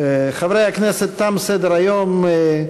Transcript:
חברי הכנסת, תם סדר-היום.